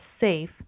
safe